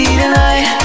tonight